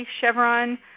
Chevron